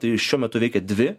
tai šiuo metu veikia dvi